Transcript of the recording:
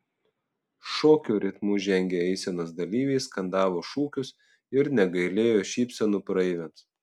šokio ritmu žengę eisenos dalyviai skandavo šūkius ir negailėjo šypsenų praeiviams